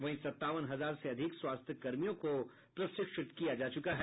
वहीं सत्तावन हजार से अधिक स्वास्थ्य कर्मियों को प्रशिक्षित किया जा चुका है